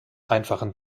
einfachen